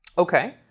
ok,